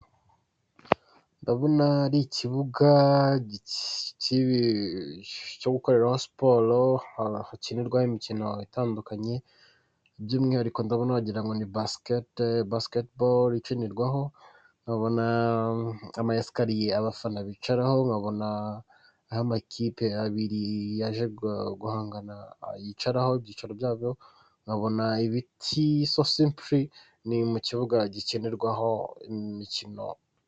Ndabona ari ikibuga cyo gikoreraho siporo, hakinirwaho imikino itandukanye, by'umwihariko ndabona wagira ngo ni basiketiboro ikinirwaho, nkabona ama esikariye abafana bicaraho, nkabona aho amakipe abiri yaje guhangana yicaraho ibyicaro byabyo, nkabona ibiti, so simpuri ni mu kibuga gikinirwaho imikino.